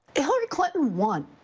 hillary clinton won.